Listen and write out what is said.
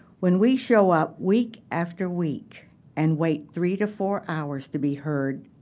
when we show up week after week and wait three to four hours to be heard,